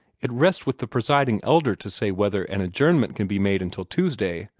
it rests with the presiding elder to say whether an adjournment can be made until tuesday,